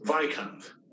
viscount